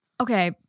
Okay